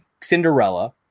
Cinderella